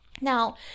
Now